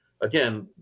again